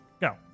Go